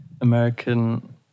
American